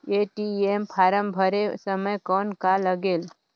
ATM form भरे समय कौन का लगेल?